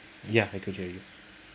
ya I could hear you